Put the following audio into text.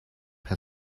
her